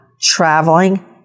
traveling